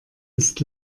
ist